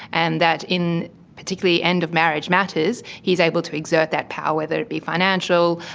and that in particularly end-of-marriage matters he is able to exert that power, whether it be financial,